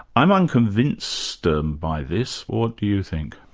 i'm unconvinced ah and by this. what do you think?